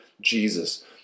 Jesus